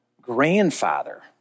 grandfather